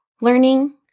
learning